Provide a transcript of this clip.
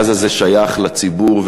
הגז הזה שייך לציבור,